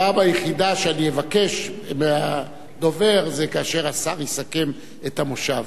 הפעם היחידה שאני אבקש מהדובר זה כאשר השר יסכם את המושב.